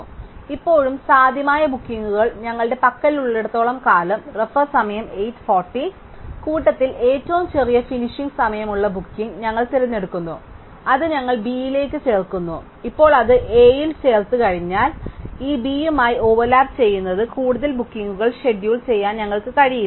അതിനാൽ ഇപ്പോഴും സാധ്യമായ ബുക്കിംഗുകൾ ഞങ്ങളുടെ പക്കലുള്ളിടത്തോളം കാലം റഫർ സമയം 0814 കൂട്ടത്തിൽ ഏറ്റവും ചെറിയ ഫിനിഷിംഗ് സമയം ഉള്ള ബുക്കിംഗ് ഞങ്ങൾ തിരഞ്ഞെടുക്കുന്നു അത് ഞങ്ങൾ ബിയിലേക്ക് ചേർക്കുന്നു ഇപ്പോൾ അത് A യിൽ ചേർത്തുകഴിഞ്ഞാൽ ഈ b യുമായി ഓവർലാപ്പ് ചെയ്യുന്ന കൂടുതൽ ബുക്കിംഗുകൾ ഷെഡ്യൂൾ ചെയ്യാൻ ഞങ്ങൾക്ക് കഴിയില്ല